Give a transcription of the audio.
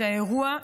את האירוע,